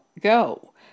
go